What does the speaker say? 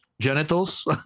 genitals